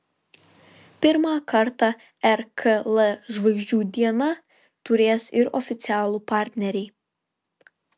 pirmą kartą rkl žvaigždžių diena turės ir oficialų partnerį